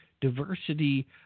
diversity